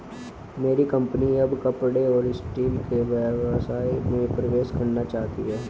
मेरी कंपनी अब कपड़े और स्टील के व्यवसाय में प्रवेश करना चाहती है